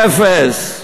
אפס.